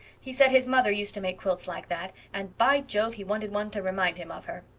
he said his mother used to make quilts like that, and by jove, he wanted one to remind him of her.